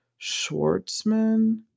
Schwartzman